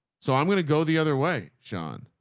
so i'm going to go the other way, sean.